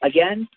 Again